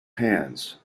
hands